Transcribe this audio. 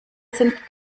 sind